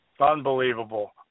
Unbelievable